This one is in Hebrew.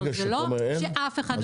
זה לא שאף אחד לא יכול לקנות אותו.